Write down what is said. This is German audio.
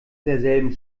derselben